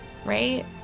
Right